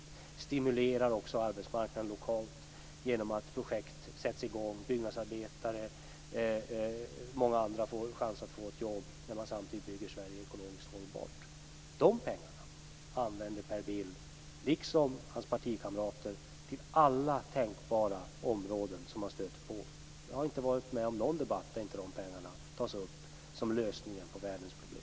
Det stimulerar också arbetsmarknaden lokalt genom att projekt sätts i gång. Byggnadsarbetare och många andra får en chans att få ett jobb när man bygger Sverige ekologiskt hållbart. De pengarna vill Per Bill, liksom hans partikamrater, använda till alla tänkbara områden som han stöter på. Jag har inte varit med om någon debatt där inte de pengarna tas upp som lösningen på världens problem.